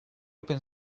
open